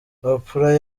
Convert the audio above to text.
oprah